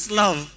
love